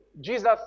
Jesus